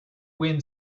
win